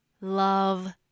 love